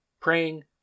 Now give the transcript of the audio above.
praying